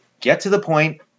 get-to-the-point